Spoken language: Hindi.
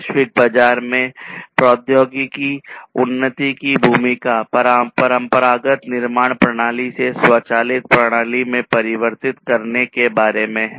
वैश्विक बाजार में प्रौद्योगिकी उन्नति की भूमिका परंपरागत निर्माण प्रणाली से स्वचालित प्रणाली में परिवर्तित करने के बारे में है